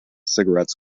cigarettes